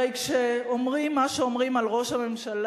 הרי כשאומרים מה שאומרים על ראש הממשלה,